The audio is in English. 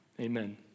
Amen